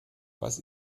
was